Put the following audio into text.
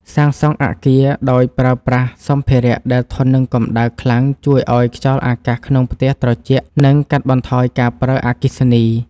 សាងសង់អគារដោយប្រើប្រាស់សម្ភារដែលធន់នឹងកម្ដៅខ្លាំងជួយឱ្យខ្យល់អាកាសក្នុងផ្ទះត្រជាក់ និង កាត់បន្ថយការប្រើអគ្គិសនី។